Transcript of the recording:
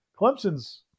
Clemson's